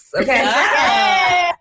Okay